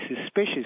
suspicious